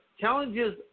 Challenges